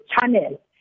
channel